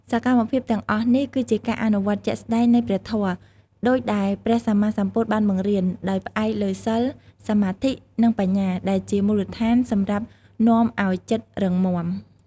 សកម្មភាពទាំងអស់នេះ គឺជាការអនុវត្តជាក់ស្ដែងនៃព្រះធម៌ដូចដែលព្រះសម្មាសម្ពុទ្ធបានបង្រៀន ដោយផ្អែកលើសីល សមាធិ និងបញ្ញា ដែលជាមូលដ្ឋានសម្រាប់នាំឲ្យចិត្តរឹងមាំ។